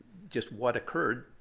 just what occurred,